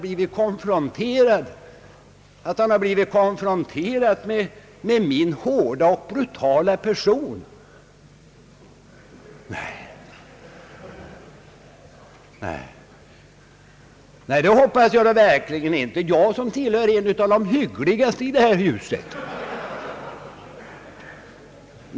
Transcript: Herr Gösta Jacobsson sade att han blivit konfronterad med min hårda och brutala gestalt. Det hoppas jag verkligen inte; jag som tillhör en av de hyggligaste i det här huset.